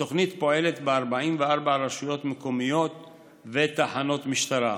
התוכנית פועלת ב-44 רשויות מקומיות ותחנות משטרה.